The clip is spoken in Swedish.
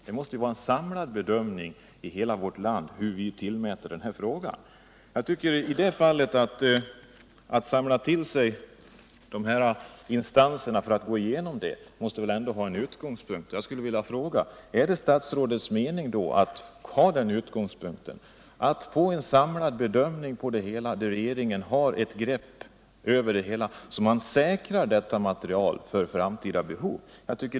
Det måste vara en samlad bedömning i hela vårt land av vilken vikt vi tillmäter den här frågan. Att i detta fall samla till sig berörda instanser för att gå igenom problematiken måste väl ändå vara en utgångspunkt. Jag skulle vilja fråga: Är det statsrådets mening att ha den utgångspunkten, att få till stånd en samlad bedömning och se till att regeringen har ett grepp över det hela så att man säkrar detta material för framtida behov?